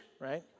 right